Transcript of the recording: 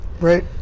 right